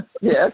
yes